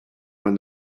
when